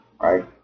right